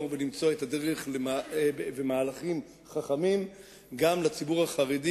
ולמצוא את הדרך במהלכים חכמים גם לציבור החרדי,